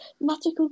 magical